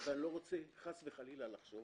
אני לא רוצה חס וחלילה לחשוב